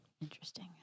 Interesting